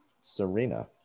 serena